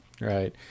Right